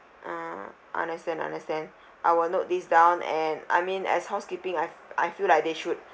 mm I understand understand I will note this down and I mean as housekeeping I I feel like they should